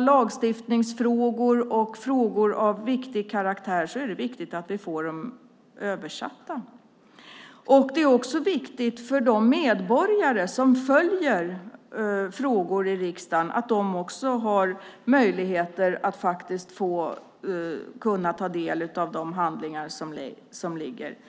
lagstiftningsfrågor och andra frågor av viktig karaktär är det viktigt att vi får handlingarna översatta. Det är också viktigt för de medborgare som följer frågor i riksdagen att de har möjligheter att ta del av de handlingar som föreligger.